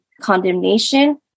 condemnation